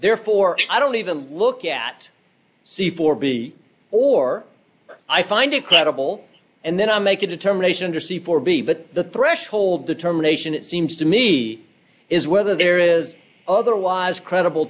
therefore i don't even look at c four b or i find it credible and then i make a determination to see for b but the threshold determination it seems to me is whether there is otherwise credible